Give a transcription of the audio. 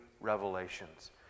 revelations